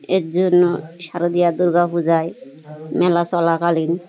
এর জন্য শারদিয়া দুর্গা পূজায় মেলা চলাকালীন